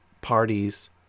parties